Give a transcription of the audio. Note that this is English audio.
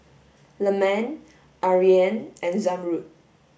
Leman Aryan and Zamrud